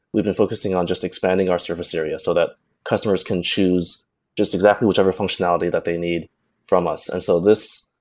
we've been focusing on just expanding our service area so that customers can choose just exactly whoever functionality that they need from us. and so the